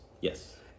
Yes